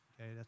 Okay